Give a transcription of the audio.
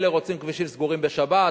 אלה רוצים כבישים סגורים בשבת,